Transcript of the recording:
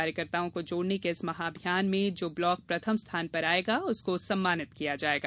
कार्यकर्ताओं को जोड़ने के इस महाअभियान में जो ब्लॉक प्रथम स्थान पर आयेगा उसको सम्मानित किया जाएगा